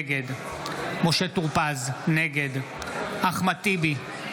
נגד משה טור פז, נגד אחמד טיבי,